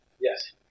Yes